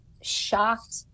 shocked